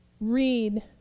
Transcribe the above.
read